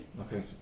Okay